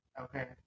Okay